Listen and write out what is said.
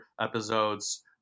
episodes